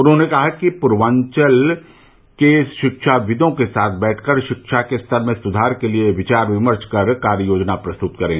उन्होंने कहा कि बोर्ड पूर्वाचल के शिक्षाविदों के साथ बैठकर शिक्षा के स्तर में सुधार के लिए विचार विमर्श कर कार्य योजना प्रस्तुत करें